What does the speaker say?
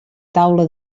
taula